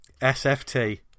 SFT